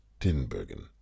Tinbergen